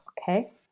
Okay